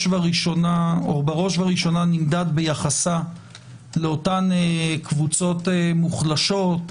ובראשונה נמדד ביחסה לאותן קבוצות מוחלשות,